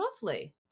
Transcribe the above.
Lovely